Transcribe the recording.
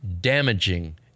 damaging